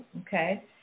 okay